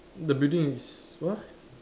the building is what